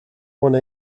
one